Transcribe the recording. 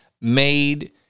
made